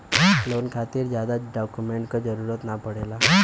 loan खातिर जादा document क जरुरत न पड़ेला